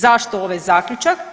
Zašto ovaj zaključak?